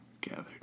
gathered